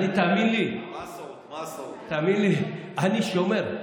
אני, תאמין לי, אני שומר.